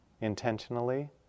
intentionally